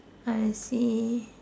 I see